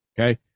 Okay